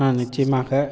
ஆ நிச்சயமாக